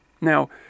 Now